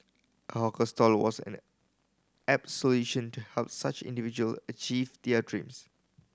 a hawker stall was an apt solution to help such individual achieve their dreams